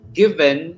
given